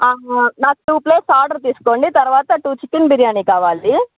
నాకు two plates order తీసుకోండి తర్వాత టు చికెన్ బిర్యాని కావాలి